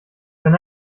wenn